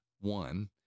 One